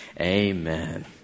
amen